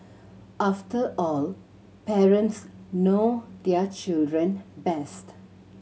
after all parents know their children best